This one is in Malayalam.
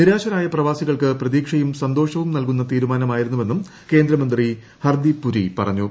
നിരാശരായ പ്രവാസികൾക്ക് പ്രതീക്ഷയും സന്തോഷവും നൽകുന്ന തീരുമാനമായിരുന്നെന്നും കേന്ദ്രമന്ത്രി ഹർദീപ് പുരി പറഞ്ഞു